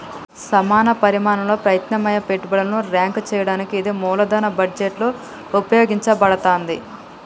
సమాన పరిమాణంలో ప్రత్యామ్నాయ పెట్టుబడులను ర్యాంక్ చేయడానికి ఇది మూలధన బడ్జెట్లో ఉపయోగించబడతాంది